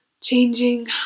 Changing